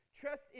Trust